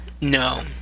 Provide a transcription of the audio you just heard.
no